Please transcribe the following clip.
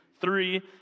three